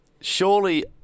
surely